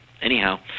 Anyhow